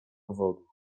powodów